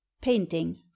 painting